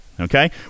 Okay